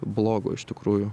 blogo iš tikrųjų